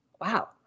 Wow